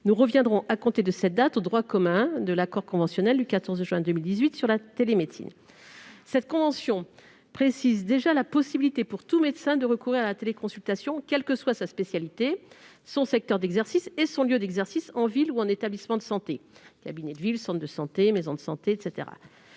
Nous reviendrons, à compter de cette date, au droit commun de l'accord conventionnel du 14 juin 2018 sur la télémédecine. Cette convention prévoit déjà la possibilité pour tout médecin de recourir à la téléconsultation, quels que soient sa spécialité, son secteur d'exercice et son lieu d'exercice, en ville ou en établissement de santé- cabinet de ville, centre de santé, maison de santé, etc.